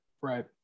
right